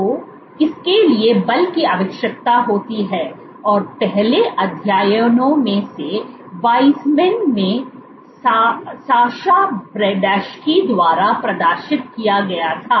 तो इसके लिए बल की आवश्यकता होती है और पहले अध्ययनों में से वीज़मैन में साशा बर्डशस्की द्वारा प्रदर्शित किया गया था